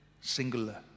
singular